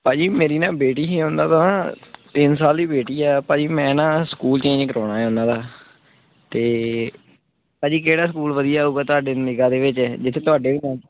ਭਾਅ ਜੀ ਮੇਰੀ ਨਾ ਬੇਟੀ ਹੀ ਉਹਨਾਂ ਦਾ ਤਿੰਨ ਸਾਲ ਦੀ ਬੇਟੀ ਆ ਭਾਅ ਜੀ ਮੈਂ ਨਾ ਸਕੂਲ ਚੇਂਜ ਕਰਾਉਣਾ ਉਹਨਾਂ ਦਾ ਅਤੇ ਭਾਅ ਜੀ ਕਿਹੜਾ ਸਕੂਲ ਵਧੀਆ ਹੋਊਗਾ ਤੁਹਾਡੀ ਨਿਗਾਹ ਦੇ ਵਿੱਚ ਜਿੱਥੇ ਤੁਹਾਡੇ ਵੀ